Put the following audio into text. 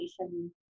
education